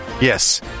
Yes